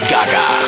Gaga